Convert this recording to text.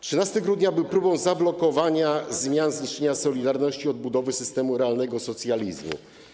13 grudnia był próbą zablokowania zmian, zniszczenia „Solidarności” i odbudowy systemu realnego socjalizmu.